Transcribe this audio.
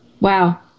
Wow